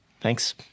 Thanks